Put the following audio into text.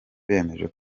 bemeje